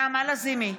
נעמה לזימי,